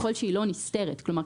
כלומר,